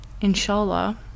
inshallah